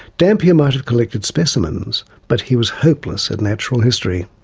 dampier might have collected specimens, but he was hopeless at natural history.